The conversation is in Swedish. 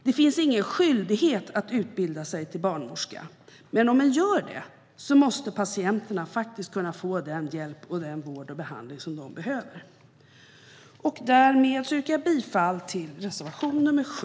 Det finns ingen skyldighet att utbilda sig till barnmorska, men om en gör det måste patienterna faktiskt kunna få den hjälp, vård och behandling de behöver. Därmed yrkar jag bifall till reservation nr 7.